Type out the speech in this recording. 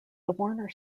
warner